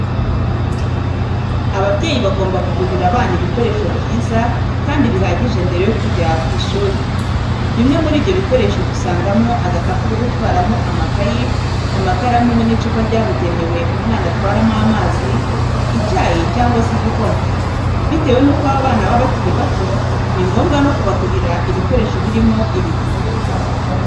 Ababyeyi bagomba kugurira abana ibikoresho byiza kandi bihagije mbere yo kujya ku ishuri. Bimwe muri ibyo bikoresho dusangamo agakapu ko gutwaramo amakayi, amakaramu ndetse n'icupa ryabugenewe umwana atwaramo amazi, icyayi cyangwa se igikoma. Bitewe nuko aba bana baba bakiri bato ni ngombwa no kubagurira ibikoresho biriho ibipupe.